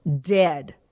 dead